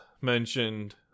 mentioned